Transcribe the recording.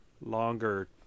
longer